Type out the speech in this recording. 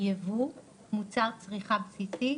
ייבוא, מוצר צריכה בסיסי,